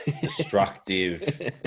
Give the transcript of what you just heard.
destructive